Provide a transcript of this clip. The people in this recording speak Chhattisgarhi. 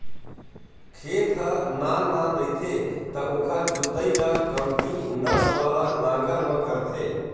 खेत ह नान नान रहिथे त ओखर जोतई ल कमती नस वाला नांगर म करथे